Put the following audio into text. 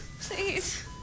Please